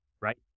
right